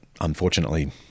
unfortunately